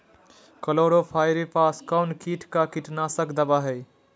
Chlorpyrifos कौन किट का कीटनाशक दवा है?